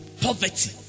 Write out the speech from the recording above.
poverty